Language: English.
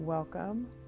Welcome